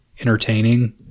entertaining